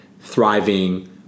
thriving